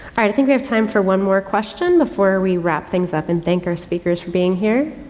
i and think we have time for one more question before we wrap things up and thank our speakers for being here.